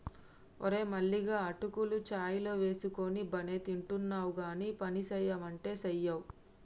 ఓరే మల్లిగా అటుకులు చాయ్ లో వేసుకొని బానే తింటున్నావ్ గానీ పనిసెయ్యమంటే సెయ్యవ్